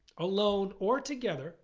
alone or together